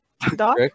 Doc